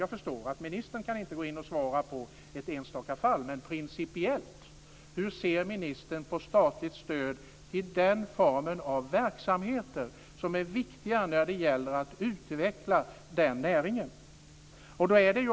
Jag förstår att ministern inte kan gå in och svara i ett enstaka fall, men hur ser ministern principiellt på statligt stöd till den formen av verksamheter, som är viktiga när det gäller att utveckla denna näring?